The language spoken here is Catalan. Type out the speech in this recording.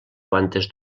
quantes